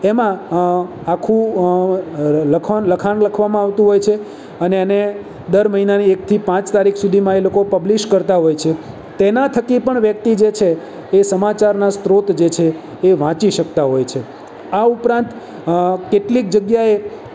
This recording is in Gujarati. એમાં આખું લખાણ લખવામાં આવતું હોય છે અને એને દર મહિનાની એક થી પાંચ તારીખ સુધીમાં એ લોકો પબ્લિશ કરતાં હોય છે તેના થકી પણ વ્યક્તિ જે છે એ સમાચારના સ્ત્રોત જે છે એ વાંચી શકતા હોય છે આ ઉપરાંત કેટલીક જગ્યાએ